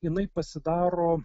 jinai pasidaro